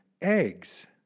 eggs